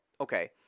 Okay